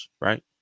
right